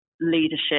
leadership